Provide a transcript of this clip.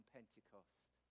Pentecost